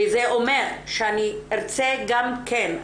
וזה אומר שאני ארצה גם כן,